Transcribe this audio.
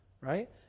Right